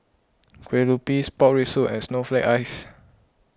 Kue Lupis Pork Rib Soup and Snowflake Ice